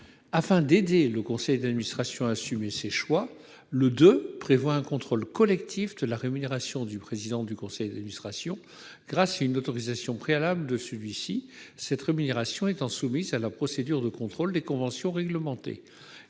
Afin d'aider le conseil d'administration à assumer ses choix, le II vise à mettre en place un contrôle collectif de la rémunération du président du conseil d'administration grâce à une autorisation préalable de celui-ci, cette rémunération étant soumise à la procédure de contrôle des conventions réglementées.